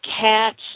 cats